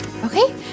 Okay